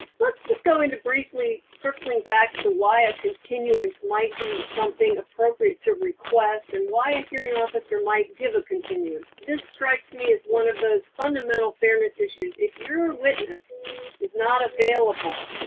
let's just go into briefly circling back to why a continuance might be something appropriate to request and why a hearing officer might give a continuance. this strikes me as one of those fundamental fairness issues. if your witness is not available,